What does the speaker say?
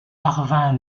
parvint